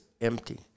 empty